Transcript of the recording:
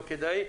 לא כדאי,